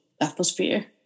atmosphere